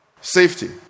Safety